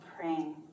praying